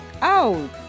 out